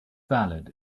ballad